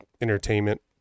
entertainment